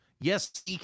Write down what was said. Yes